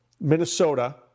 Minnesota